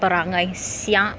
perangai siak